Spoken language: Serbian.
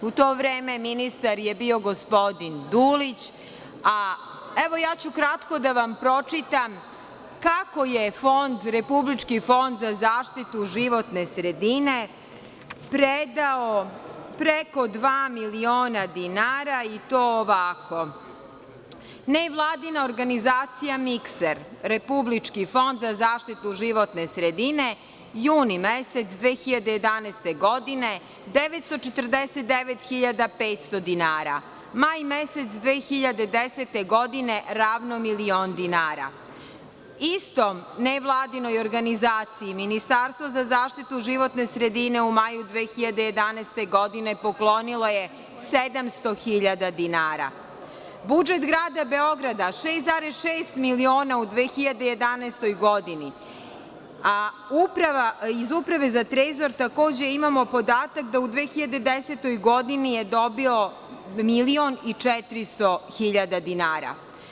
U to vreme, ministar je bio gospodin Dulić, a evo ja ću kratko da vam pročitam kako je Republički fond za zaštitu životne sredine, predao preko dva miliona dinara i to ovako: Nevladina organizacija mikser, republički fond za zaštitu životne sredine juni mesec 2011. godine, 949 500 dinara, maj mesec 2010. godine, ravno milion dinara, istom Ne Vladinoj organizaciji, ministarstva za zaštitu životne sredine u maju 2011. godine, poklonila je 700 000 dinara, budžet grada Beograda 6,6 miliona u 2011. godini, a iz Uprave za trezor, takođe imamo podatak da u 2010. godini je dobio milion i 400 000 dinara.